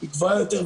היא גבוהה יותר,